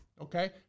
Okay